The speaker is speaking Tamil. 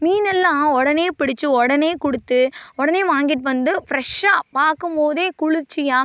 மீனெல்லாம் உடனே பிடித்து உடனே கொடுத்து உடனே வாங்கிட்டு வந்து ஃப்ரெஷ்ஷாக பார்க்கும் போது குளிர்ச்சியாக